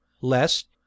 lest